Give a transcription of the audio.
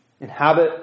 Inhabit